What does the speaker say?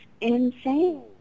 insane